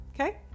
Okay